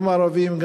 גם ערבים,